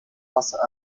wasser